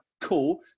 cool